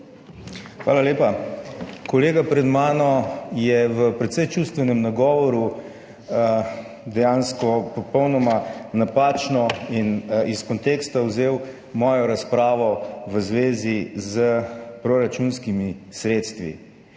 Hvala lepa. Kolega pred mano je v precej čustvenem nagovoru dejansko popolnoma napačno in iz konteksta vzel mojo razpravo v zvezi s proračunskimi sredstvi.